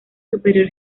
superior